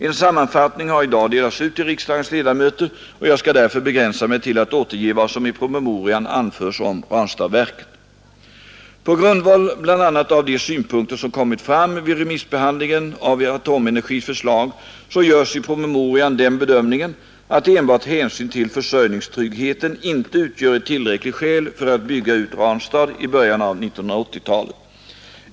En sammanfattning har i dag delats ut till riksdagens ledamöter, och jag skall därför begränsa mig till att återge vad som i promemorian anförs om Ranstadsverket. På grundval bl.a. av de synpunkter som kommit fram vid remissbehandlingen av Atomenergis förslag görs i promemorian den bedömningen att enbart hänsyn till försörjningstryggheten inte utgör ett tillräckligt skäl för att bygga ut Ranstad i början av 1980-talet.